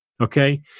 Okay